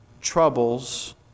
troubles